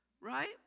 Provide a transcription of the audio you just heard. Right